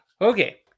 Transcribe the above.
okay